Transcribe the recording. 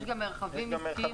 יש גם מרחבים עסקיים,